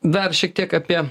dar šiek tiek apie